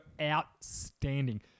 outstanding